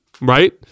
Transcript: right